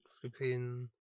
flipping